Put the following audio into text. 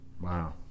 Wow